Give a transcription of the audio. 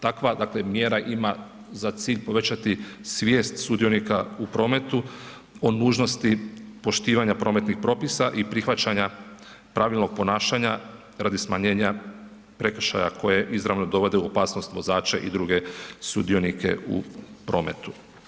Takva mjera ima za cilj povećati svijest sudionika u prometu o nužnosti poštivanja prometnih propisa i prihvaćanja pravila ponašanja radi smanjenja prekršaja koje izravno dovode u opasnost vozače i druge sudionike u prometu.